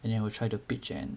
and then we'll try to pitch and